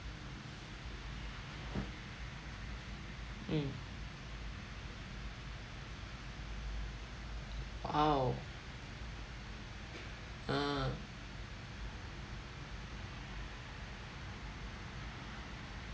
mm oh ah